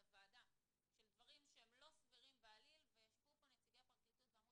לוועדה של דברים שהם לא סבירים בעליל וישבו פה נציגי הפרקליטות ואמרו